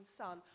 son